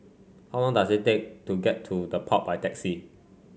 how long does it take to get to The Pod by taxi